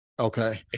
Okay